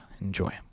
Enjoy